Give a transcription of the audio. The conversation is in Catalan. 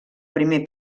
primer